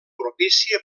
propícia